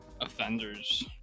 offenders